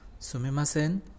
Sumimasen